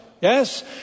yes